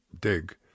dig